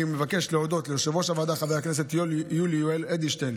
אני מבקש להודות ליושב-ראש הוועדה חבר הכנסת יולי יואל אדלשטיין